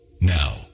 Now